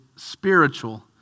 spiritual